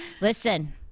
listen